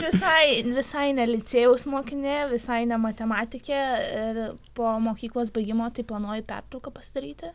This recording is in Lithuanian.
visai visai ne licėjaus mokinė visai ne matematikė ir po mokyklos baigimo tai planuoju pertrauką pasidaryti